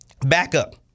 backup